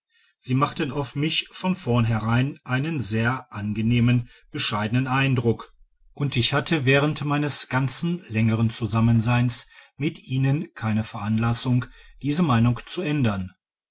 sie machten auf mich von vorneherein einen sehr angenehmen bescheidenen eindruck und digitized by google ich hatte während meines ganzen längeren zusammenseins mit ihnen keine veranlassung diese meinung zu ändern